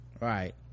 right